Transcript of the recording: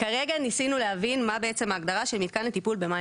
כרגע ניסינו להבין מה בעצם ההגדרה של מתקן לטיפול במים